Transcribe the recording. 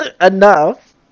enough